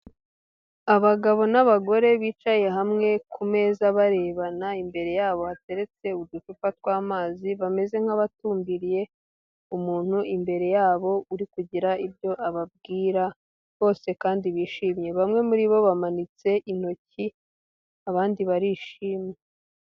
Abagabo n'abagore bicaye hamwe ku meza barebana, imbere yabo hateretse uducupa tw'amazi bameze nk'abatumbiriye umuntu imbere yabo uri kugira ibyo ababwira, bose kandi bishimye, bamwe muri bo bamanitse intoki, abandi barishimye.